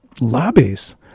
lobbies